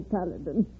Paladin